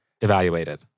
Evaluated